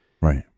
Right